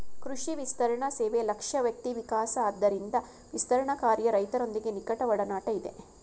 ಕೃಷಿ ವಿಸ್ತರಣಸೇವೆ ಲಕ್ಷ್ಯ ವ್ಯಕ್ತಿವಿಕಾಸ ಆದ್ದರಿಂದ ವಿಸ್ತರಣಾಕಾರ್ಯ ರೈತರೊಂದಿಗೆ ನಿಕಟಒಡನಾಟ ಇದೆ